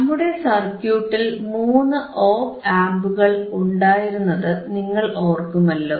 നമ്മുടെ സർക്യൂട്ടിൽ മൂന്ന് ഓപ് ആംപുകൾ ഉണ്ടായിരുന്നത് നിങ്ങൾ ഓർക്കുമല്ലോ